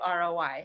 ROI